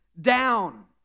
down